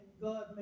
God